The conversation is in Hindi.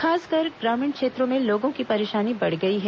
खासकर ग्रामीण क्षेत्रों में लोगों की परेशानी बढ़ गई है